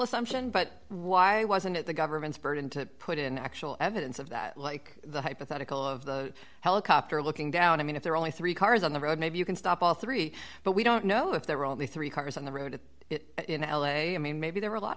assumption but why wasn't it the government's burden to put in actual evidence of that like the hypothetical of the helicopter looking down i mean if there are only three cars on the road maybe you can stop all three but we don't know if there are all the three cars on the road in l a i mean maybe there are a lot